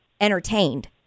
entertained